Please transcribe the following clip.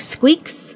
Squeaks